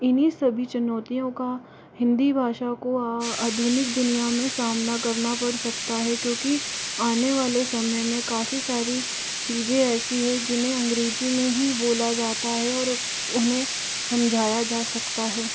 इन्ही सभी चुनौतियों का हिन्दी भाषा को आधुनिक दुनिया में सामना करना पड़ सकता है क्योंकि आने वाले समय में काफ़ी सारी चीज़ें ऐसी है जिन्हें अंग्रेज़ी में ही बोला जाता है और उन्हें समझाया जा सकता है